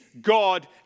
God